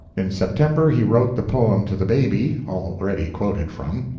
in september he wrote the poem to the baby, already quoted from.